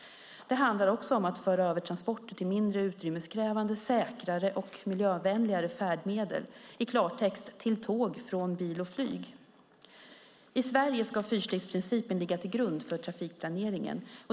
Det handlar också om att föra över transporter till mindre utrymmeskrävande, säkrare och miljövänligare färdmedel, i klartext till tåg från bil och flyg. I Sverige ska fyrstegsprincipen ligga till grund för trafikplaneringen.